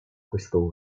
questo